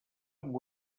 amb